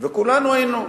וכולנו היינו,